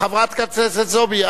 חברת הכנסת זועבי,